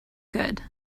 good